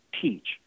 teach